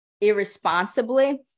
irresponsibly